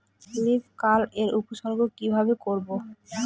Leaf curl এর উপসর্গ কিভাবে করব?